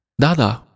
Dada